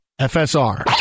FSR